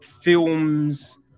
films